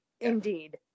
Indeed